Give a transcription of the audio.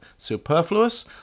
Superfluous